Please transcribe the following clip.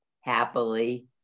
happily